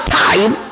time